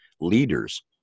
leaders